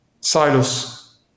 silos